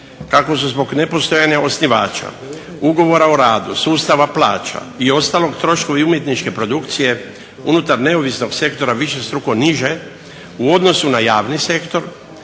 kako su zbog nepostojanja osnivača ugovora o radu sustava plaća i ostalo troškovi umjetničke produkcije unutar neovisnog sektora višestruko niže u odnosu na javni sektor